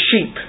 sheep